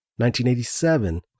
1987